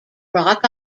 rock